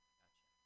gotcha